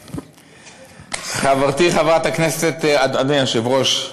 חברתי חברת הכנסת, אדוני היושב-ראש,